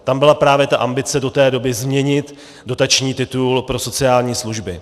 Tam byla právě ambice do té doby změnit dotační titul pro sociální služby.